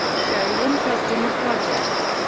showed interest in the project.